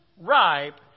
ripe